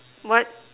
what